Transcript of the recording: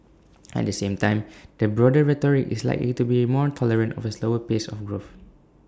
at the same time the broader rhetoric is likely to be more tolerant of A slower pace of growth